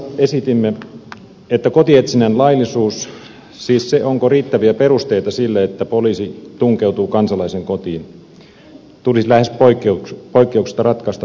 aloitteessa esitimme että kotietsinnän laillisuus siis se onko riittäviä perusteita sille että poliisi tunkeutuu kansalaisen kotiin tulisi lähes poikkeuksetta ratkaista tuomioistuimessa